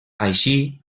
així